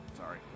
Sorry